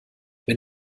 wenn